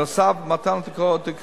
נוסף על כך,